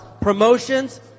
promotions